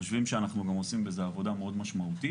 אנחנו חושבים שאנחנו גם עושים בזה עבודה מאוד משמעותית,